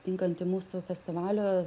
tinkantį mūsų festivalio